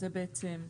זה בעצם יימחק.